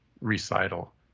recital